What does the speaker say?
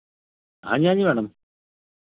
हाँ जी हाँ जी मैडम